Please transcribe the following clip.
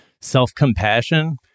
self-compassion